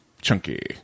chunky